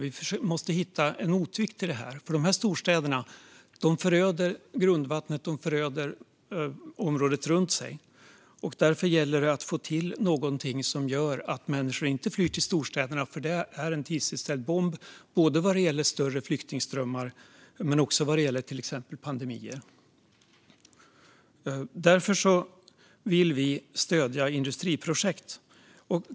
Vi måste hitta en motvikt till storstäderna, för de föröder grundvattnet och området runt sig. Därför gäller det att få till någonting som gör att människor inte flyr till storstäderna, för de är tidsinställda bomber vad gäller både större flyktingströmmar och till exempel pandemier. Därför vill vi stödja industriprojekt.